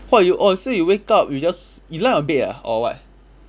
!whoa! you orh so you wake up you just you lie on bed ah or what